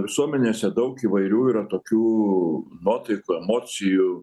visuomenėse daug įvairių yra tokių nuotaikų emocijų